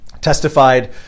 testified